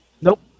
Nope